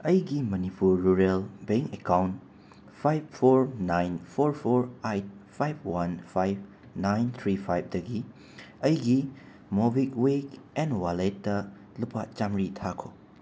ꯑꯩꯒꯤ Manipur rural bank account five four nine four four eight five one five nine three ꯐꯥꯏꯚꯇꯒꯤ ꯑꯩꯒꯤ MobiKwik ꯑꯦꯟ ꯋꯦꯂꯦꯠꯇ ꯂꯨꯄꯥ ꯆꯝꯃꯔꯤ ꯊꯥꯈꯣ